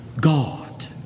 God